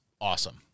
awesome